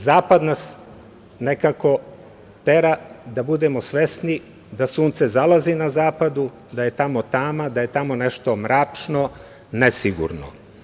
Zapad nas nekako tera da budemo svesni da sunce zalazi na zapadu, da je tamo tama, da je tamo nešto mračno, nesigurno.